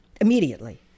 immediately